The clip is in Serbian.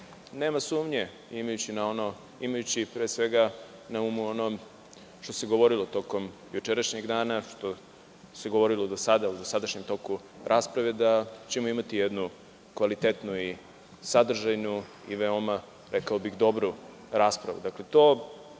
nema sumnje imajući pre svega na umu ono što se govorilo tokom jučerašnjeg dana, što se govorilo do sada u dosadašnjem toku rasprave da ćemo imati jednu kvalitetnu i sadržajnu i veoma, rekao bih, dobru raspravu. To